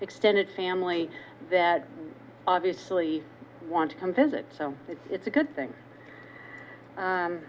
extended family that obviously want to come visit so it's a good thing